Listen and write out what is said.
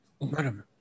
Madam